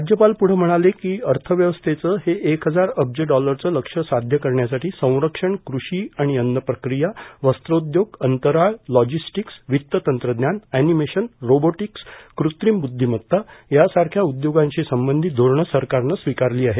राज्यपाल पुढं म्हणाले की अर्थव्यवस्थेचं हे एक हजार अब्य डॉलरचं लस्य साध्य करण्यासाठी संरक्षण कृषी आणि अत्रप्रक्रिया वस्त्रोयोग अंतराळ लोजिरिटक्स वित्ततंत्रज्ञान अॅनिमेशन रोबोटिक्स क्रत्रिम बुखिमत्ता यासारख्या उद्योगांशी संबंधित धोरणं सरकारनं स्वीकारली आहेत